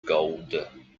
gold